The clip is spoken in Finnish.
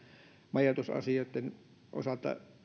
majoitusasioitten osalta